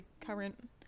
current